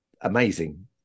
amazing